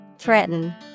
Threaten